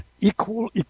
equal